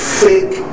fake